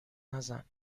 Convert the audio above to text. نزن